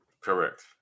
Correct